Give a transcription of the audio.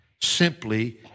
simply